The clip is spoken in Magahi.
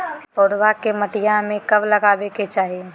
पौधवा के मटिया में कब लगाबे के चाही?